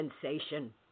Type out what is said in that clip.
sensation